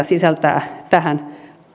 sisältää tähän